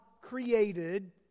created